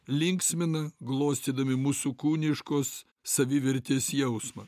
linksmina glostydami mūsų kūniškos savivertės jausmą